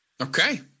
Okay